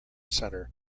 centre